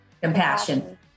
compassion